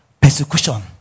Persecution